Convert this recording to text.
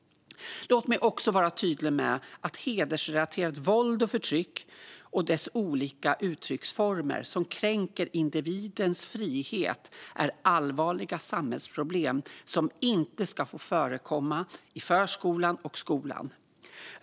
Låt mig också vara tydlig med att hedersrelaterat våld och förtryck och dess olika uttrycksformer som kränker individens frihet är allvarliga samhällsproblem som inte ska få förekomma i förskolan och skolan.